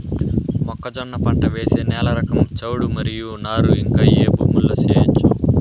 మొక్కజొన్న పంట వేసే నేల రకం చౌడు మరియు నారు ఇంకా ఏ భూముల్లో చేయొచ్చు?